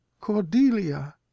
Cordelia